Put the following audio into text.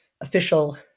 official